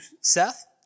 Seth